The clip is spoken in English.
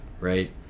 right